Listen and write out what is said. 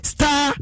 Star